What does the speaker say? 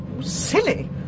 silly